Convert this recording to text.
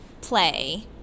play